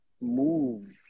move